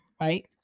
right